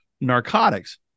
narcotics